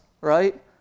right